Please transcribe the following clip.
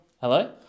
hello